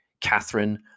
Catherine